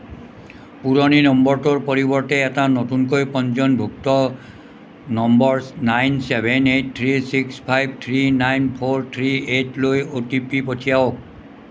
পুৰণি নম্বৰটোৰ পৰিৱৰ্তে এটা নতুনকৈ পঞ্জীয়নভুক্ত number nine seven eight three six five three nine four three এইটলৈ অ'টিপি পঠিয়াওক